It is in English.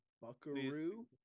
Buckaroo